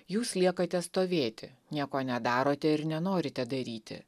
jūs liekate stovėti nieko nedarote ir nenorite daryti